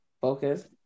focus